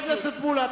חבר הכנסת מולה,